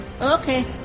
Okay